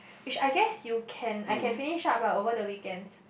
which I guess you can I can finish up lah over the weekends